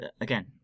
again